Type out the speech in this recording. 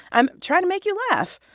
i'm trying to make you laugh.